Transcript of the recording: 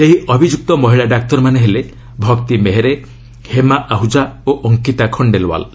ସେହି ଅଭିଯ୍ୟକ୍ତ ମହିଳା ଡାକ୍ତରମାନେ ହେଲେ ଭକ୍ତି ମେହେରେ ହେମା ଆହୁଜା ଓ ଅଙ୍କିତା ଖଣ୍ଡେଲ୍ୱାଲ୍